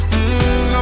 Mmm